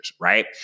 right